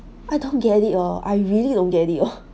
I don't get it oh I really don't get it oh